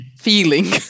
feeling